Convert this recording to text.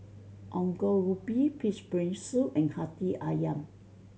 Ongol Ubi Pig's Brain Soup and Hati Ayam